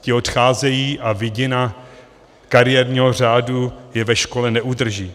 Ti odcházejí a vidina kariérního řádu je ve škole neudrží.